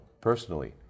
personally